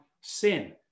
sin